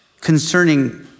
concerning